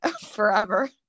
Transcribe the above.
Forever